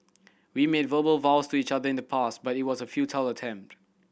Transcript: we made verbal vows to each other in the past but it was a futile attempt